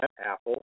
Apple